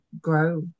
grow